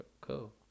cool